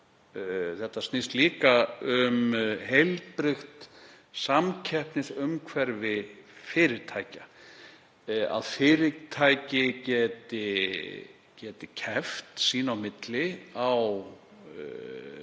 Þetta snýst líka um heilbrigt samkeppnisumhverfi fyrirtækja, að fyrirtæki geti keppt sín á milli á